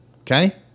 Okay